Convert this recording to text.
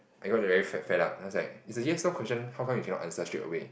I got very fed up I was like it's a yes no question how come you cannot answer straightaway